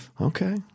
Okay